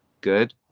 good